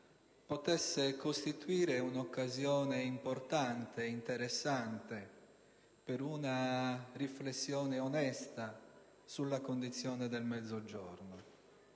potesse costituire un'occasione importante ed interessante per una riflessione onesta sulla condizione del Mezzogiorno.